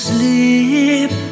Sleep